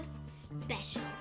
special